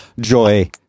joy